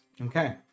Okay